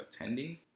attending